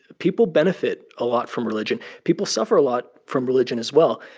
people benefit a lot from religion. people suffer a lot from religion, as well.